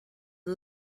and